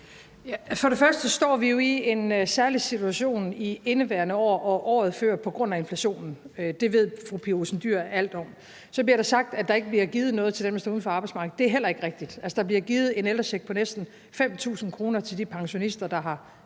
For det første står vi jo i en særlig situation i indeværende år – og også året før – på grund af inflationen. Det ved fru Pia Olsen Dyhr alt om. Så bliver der sagt, at der ikke bliver givet noget til dem, der står uden for arbejdsmarkedet. Det er heller ikke rigtigt. Altså, der bliver givet en ældrecheck på næsten 5.000 kr. til de pensionister, der har